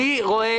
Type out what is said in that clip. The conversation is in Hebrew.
אני רואה